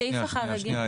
סעיף החריגים --- שנייה,